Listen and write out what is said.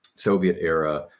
soviet-era